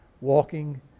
walking